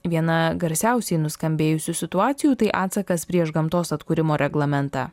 viena garsiausiai nuskambėjusių situacijų tai atsakas prieš gamtos atkūrimo reglamentą